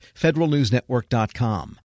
federalnewsnetwork.com